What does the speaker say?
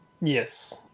Yes